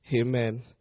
amen